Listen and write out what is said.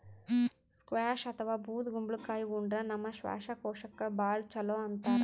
squash ಅಥವಾ ಬೂದ್ ಕುಂಬಳಕಾಯಿ ಉಂಡ್ರ ನಮ್ ಶ್ವಾಸಕೋಶಕ್ಕ್ ಭಾಳ್ ಛಲೋ ಅಂತಾರ್